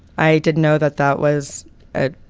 i didn't know that that was at,